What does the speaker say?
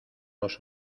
los